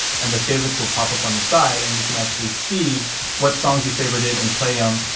and the favorites will pop up on the side, and you can actually see what songs you favorited and play um